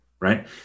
right